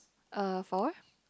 uh for